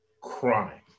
crime